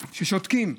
ששותקים,